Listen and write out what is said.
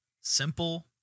Simple